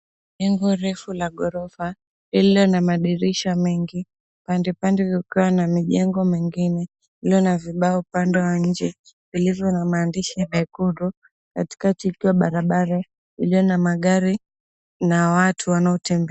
Jengo refu la ghorofa lililo na madirisha mengi. Pande pande kukiwa na mijengo mingine iliyo na vibao upande wa nje vilivyo na maandishi mekundu. Katikati ikiwa barabara iliyo na magari na watu wanaotembea.